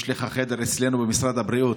יש לך חדר אצלנו במשרד הבריאות.